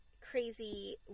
crazy